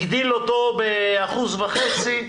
הגדיל אותו באחוז וחצי,